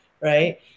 right